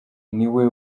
niwe